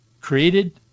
created